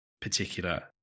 particular